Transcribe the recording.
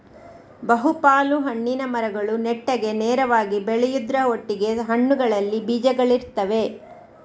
ಬಹು ಪಾಲು ಹಣ್ಣಿನ ಮರಗಳು ನೆಟ್ಟಗೆ ನೇರವಾಗಿ ಬೆಳೆಯುದ್ರ ಒಟ್ಟಿಗೆ ಹಣ್ಣುಗಳಲ್ಲಿ ಬೀಜಗಳಿರ್ತವೆ